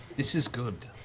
this is good.